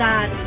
God